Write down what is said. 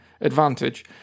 advantage